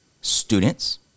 students